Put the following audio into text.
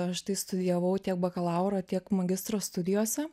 aš tai studijavau tiek bakalauro tiek magistro studijose